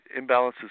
imbalances